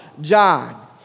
John